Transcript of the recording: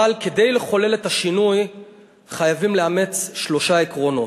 אבל כדי לחולל את השינוי חייבים לאמץ שלושה עקרונות: